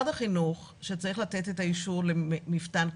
משרד החינוך שצריך לתת את האישור למפתן,